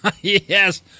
Yes